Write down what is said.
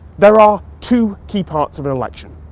there are two key parts of an election.